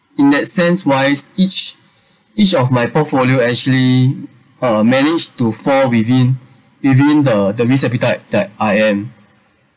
in that sense wise each each of my portfolio actually uh managed to fall within within the the risk appetite that I am uh that I have